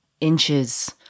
inches